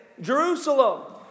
Jerusalem